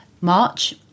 March